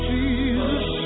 Jesus